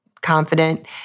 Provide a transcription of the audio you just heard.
confident